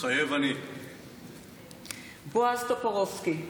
מתחייב אני בועז טופורובסקי,